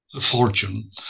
fortune